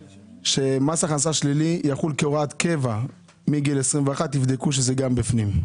שמס הכנסה שלילי יחול כהוראת קבע מגיל 21. תבדקו שזה גם בפנים.